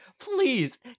please